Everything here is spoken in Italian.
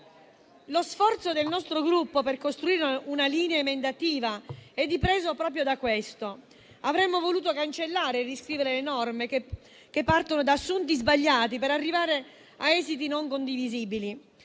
Lo sforzo del nostro Gruppo per costruire una linea emendativa è dipeso proprio da questo: avremmo voluto cancellare e riscrivere le norme che partono da assunti sbagliati per arrivare a esiti non condivisibili.